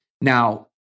Now